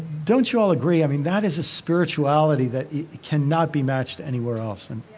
don't you all agree? i mean, that is a spirituality that cannot be matched anywhere else and